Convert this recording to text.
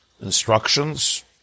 instructions